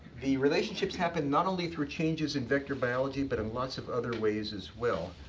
the relationships happen not only through changes in vector biology but in lots of other ways as well.